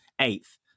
eighth